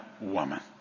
woman